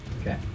Okay